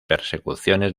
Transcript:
persecuciones